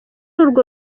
urwo